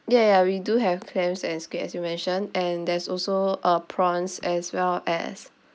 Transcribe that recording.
ya ya we do have clams and squid as you mention and there's also uh prawns as well as